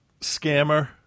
scammer